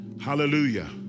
Hallelujah